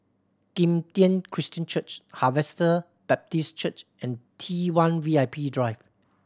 Kim Tian Christian Church Harvester Baptist Church and T One V I P Drive